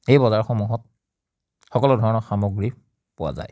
এই বজাৰসমূহত সকলো ধৰণৰ সামগ্ৰী পোৱা যায়